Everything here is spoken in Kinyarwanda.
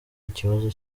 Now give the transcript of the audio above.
ikibazo